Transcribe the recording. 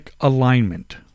alignment